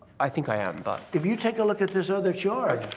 i think i am, but. if you take a look at this other chart,